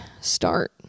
start